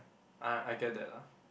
I I get that lah